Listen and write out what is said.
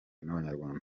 n’abanyarwanda